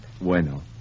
Bueno